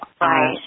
Right